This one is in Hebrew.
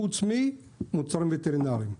חוץ ממוצרים וטרינריים.